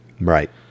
Right